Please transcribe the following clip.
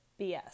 BS